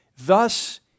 thus